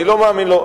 אני לא מאמין לו,